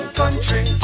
country